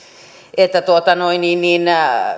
että